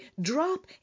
drop